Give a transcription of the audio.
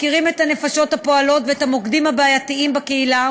מכירים את הנפשות הפועלות ואת המוקדים הבעייתיים בקהילה,